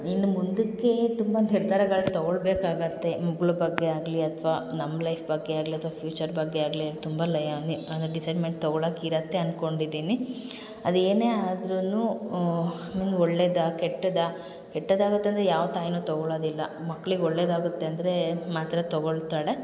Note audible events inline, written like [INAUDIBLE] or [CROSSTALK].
ಇನ್ನು ಮುಂದಕ್ಕೆ ತುಂಬ ನಿರ್ಧಾರಗಳು ತಗೊಳ್ಬೇಕಾಗುತ್ತೆ ಮಗ್ಳ ಬಗ್ಗೆ ಆಗಲಿ ಅಥ್ವಾ ನಮ್ಮ ಲೈಫ್ ಬಗ್ಗೆ ಆಗಲಿ ಅಥ್ವಾ ಫ್ಯೂಚರ್ ಬಗ್ಗೆ ಆಗಲಿ ತುಂಬ [UNINTELLIGIBLE] ಅಂದರೆ ಡಿಸೈಡ್ಮೆಂಟ್ ತಗೊಳಕ್ಕೆ ಇರುತ್ತೆ ಅನ್ಕೊಂಡಿದ್ದೀನಿ ಅದು ಏನೇ ಆದ್ರೂ [UNINTELLIGIBLE] ಒಳ್ಳೇದಾ ಕೆಟ್ಟದಾ ಕೆಟ್ಟದು ಆಗುತ್ತೆ ಅಂದರೆ ಯಾವ ತಾಯಿಯೂ ತಗೊಳ್ಳೊದಿಲ್ಲ ಮಕ್ಳಿಗೆ ಒಳ್ಳೆಯದಾಗುತ್ತೆ ಅಂದರೆ ಮಾತ್ರ ತಗೊಳ್ತಾಳೆ